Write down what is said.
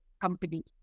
company